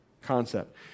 concept